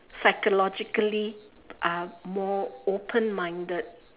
psychologically are more open minded